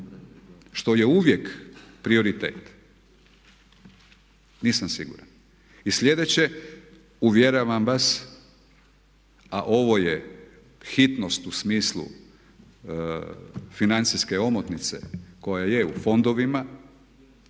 što je uvijek prioritet. Nisam siguran. I sljedeće, uvjeravam vas, a ovo je hitnost u smislu financijske omotnice koja je u fondovima,